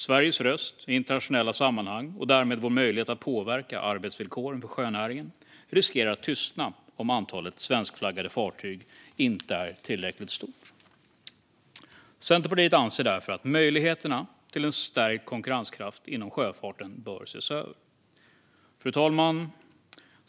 Sveriges röst i internationella sammanhang, och därmed vår möjlighet att påverka arbetsvillkoren för sjönäringen, riskerar att tystna om antalet svenskflaggade fartyg inte är tillräckligt stort. Centerpartiet anser därför att möjligheterna till en stärkt konkurrenskraft inom sjöfarten bör ses över. Fru talman!